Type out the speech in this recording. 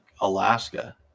Alaska